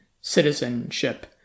citizenship